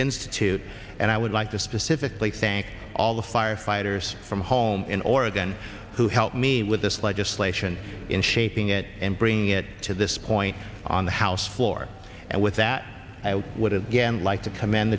institute and i would like to specifically thank all the firefighters from home in oregon who helped me with this legislation in shaping it and bringing it to this point on the house floor and with that i would have again like to commend